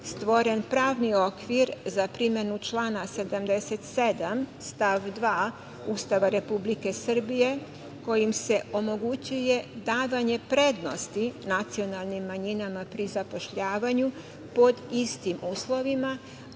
stvoren pravni okvir za primenu člana 77. stav 2. Ustava Republike Srbije, kojim se omogućuje davanje prednosti nacionalnim manjinama pri zapošljavanju pod istim uslovima,